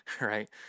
Right